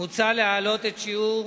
מוצע להעלות את שיעור